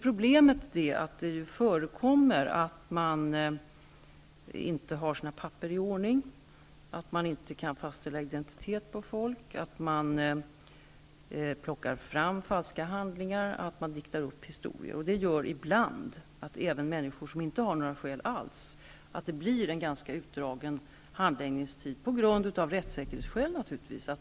Problemet är emellertid att det förekommer att människor inte har sina papper i ordning, att människors identitet inte kan fastställas, att falska handlingar plockas fram eller att man kommer med uppdiktade historier. Ibland gör det att även människor som inte har några skäl alls får en ganska utdragen handläggningstid. Av rättssäkerhetsskäl är det naturligtvis så.